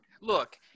Look